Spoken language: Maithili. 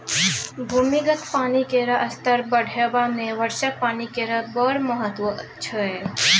भूमिगत पानि केर स्तर बढ़ेबामे वर्षा पानि केर बड़ महत्त्व छै